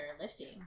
lifting